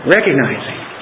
Recognizing